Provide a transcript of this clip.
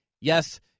Yes